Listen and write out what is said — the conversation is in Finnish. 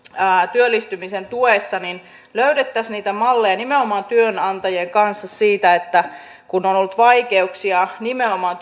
työllistymisen tuissa löydettäisiin niitä malleja nimenomaan työnantajien kanssa löytää niitä hyviä työntekijöitä kun siinä on ollut vaikeuksia nimenomaan